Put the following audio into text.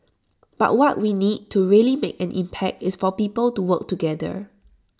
but what we need to really make an impact is for people to work together